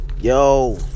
Yo